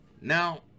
Now